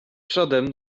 przodem